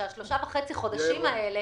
ששלושה וחצי החודשים האלה